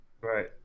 Right